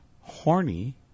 Horny